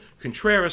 Contreras